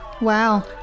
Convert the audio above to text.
Wow